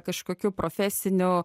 kažkokių profesinių